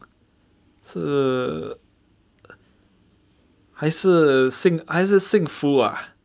是还是还是幸福 ah